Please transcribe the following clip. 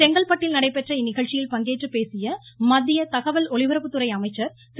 செங்கல்பட்டில் நடைபெற்ற இந்நிகழ்ச்சியில் பங்கேற்று பேசிய மத்திய தகவல் ஒலிபரப்புத்துறை அமைச்சர் திரு